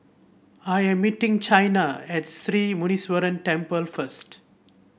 I am meeting Chyna at Sri Muneeswaran Temple first